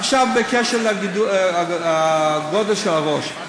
עכשיו בקשר לגודל של הראש.